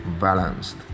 balanced